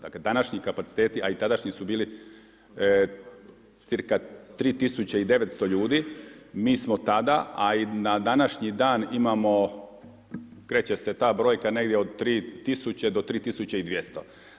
Dakle, današnji kapaciteti, a i tadašnji su bili cirka 3900 ljudi, mi smo tada, a i na današnji dan imamo, kreće se ta brojka negdje od 3000 do 3200.